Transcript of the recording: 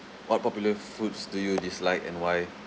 what popular foods do you dislike and why